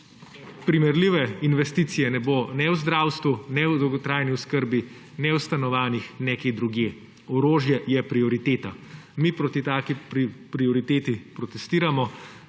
Primerljive investicije ne bo ne v zdravstvu, ne v dolgotrajni oskrbi, ne v stanovanjih, ne kje drugje; orožje je prioriteta. Mi proti taki prioriteti protestiramo,